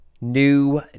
new